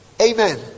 Amen